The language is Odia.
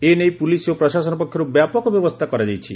ଏନେଇ ପୁଲିସ୍ ଓ ପ୍ରଶାସନ ପକ୍ଷରୁ ବ୍ୟାପକ ବ୍ୟବସ୍ରା କରାଯାଇଛି